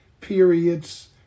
periods